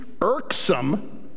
irksome